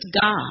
God